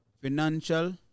financial